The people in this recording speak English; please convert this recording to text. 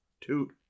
Two